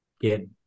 get